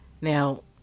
Now